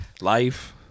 Life